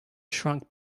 shrunk